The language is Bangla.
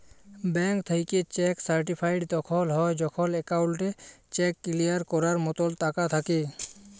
ব্যাংক থ্যাইকে চ্যাক সার্টিফাইড তখল হ্যয় যখল একাউল্টে চ্যাক কিলিয়ার ক্যরার মতল টাকা থ্যাকে